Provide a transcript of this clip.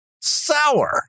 sour